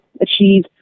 achieve